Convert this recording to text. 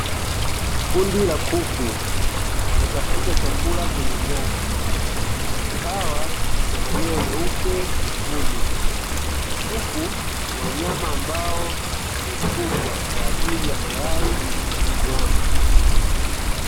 Kundi la kuku wanatafuta chakula kwenye nyasi kuku hawa wana manyoa meupe, mekundu, kuku ni wanyama ambao wamefugwa kwa ajili ya mayai na nyama.